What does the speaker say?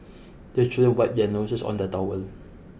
the children wipe their noses on the towel